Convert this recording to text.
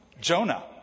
Jonah